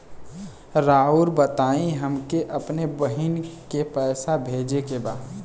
राउर बताई हमके अपने बहिन के पैसा भेजे के बा?